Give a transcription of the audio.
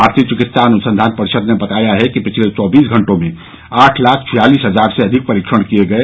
भारतीय चिकित्सा अनुसंधान परिषद ने बताया है कि पिछले चौबीस घंटों में आठ लाख छियालिस हजार से अधिक परीक्षण किए गए